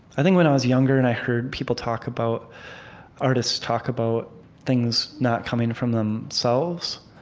i think when i was younger, and i heard people talk about artists talk about things not coming from themselves,